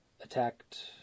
attacked